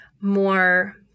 more